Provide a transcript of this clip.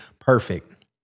perfect